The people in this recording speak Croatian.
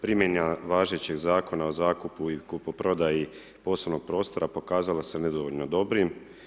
Primjena važećeg Zakona o zakupu i kupoprodaji poslovnog prostora, pokazala se nedovoljno dobrim.